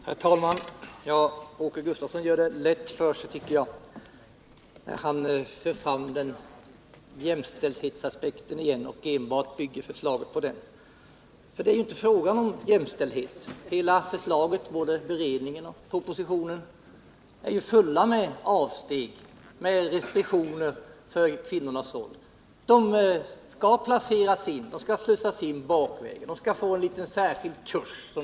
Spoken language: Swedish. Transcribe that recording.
Herr talman! Åke Gustavsson gör det lätt för sig, när han för fram jämställdhetsaspekten och enbart bygger på den. Det är ju inte fråga om jämställdhet. Hela förslaget — både beredningen och propositionen — är ju fullt med restriktioner för kvinnorna. De skall slussas in bakvägen. De skall få en liten särskild kurs.